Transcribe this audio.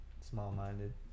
small-minded